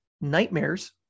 nightmares